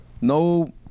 no